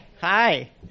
hi